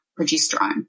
progesterone